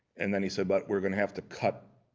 and then he said, but we're going to have to cut,